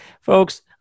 folks